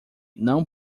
não